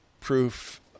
proof